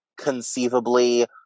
conceivably